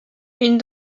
une